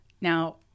Now